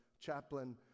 Chaplain